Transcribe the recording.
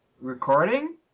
Recording